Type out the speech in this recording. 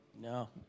No